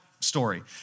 Story